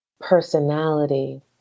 personality